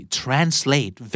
translate